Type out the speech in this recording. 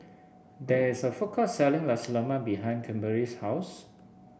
there is a food court selling Nasi Lemak behind Kimberli's house